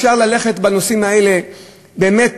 אפשר ללכת בנושאים האלה ולהרחיב,